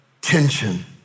tension